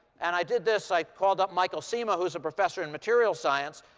and i did this. i called up michael cima, who's a professor in material science.